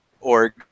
org